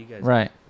Right